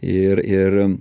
ir ir